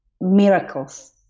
miracles